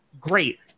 great